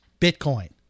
Bitcoin